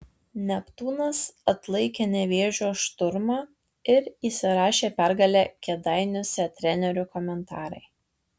neptūnas atlaikė nevėžio šturmą ir įsirašė pergalę kėdainiuose trenerių komentarai